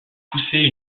poussaient